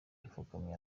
yapfukamye